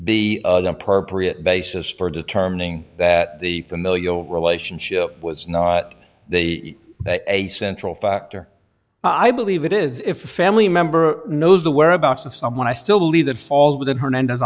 be appropriate basis for determining that the familial relationship was not the a central factor i believe it is if a family member knows the whereabouts of someone i still believe that falls within hernande